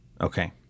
Okay